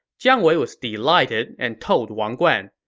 jiang wei was delighted and told wang guan,